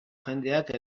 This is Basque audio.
jendeak